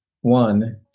one